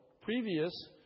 previous